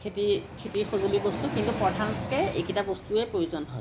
খেতিৰ খেতিৰ সঁজুলি বস্তু কিন্তু প্ৰধানকে এইকেইটা বস্তুৱেই প্ৰয়োজন হয়